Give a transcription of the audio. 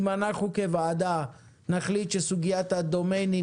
אם אנחנו כוועדה נחליט שסוגיית הדומיינים